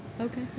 okay